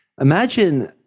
Imagine